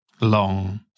long